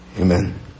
Amen